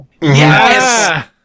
Yes